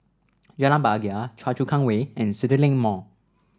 Jalan Bahagia Choa Chu Kang Way and CityLink Mall